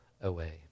away